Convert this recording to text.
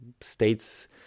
states